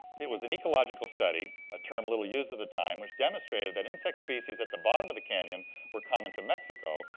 it was an ecological study, a term little used at the time, which demonstrated that insect species at the bottom of the canyon were common to mexico,